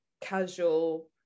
casual